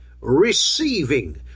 receiving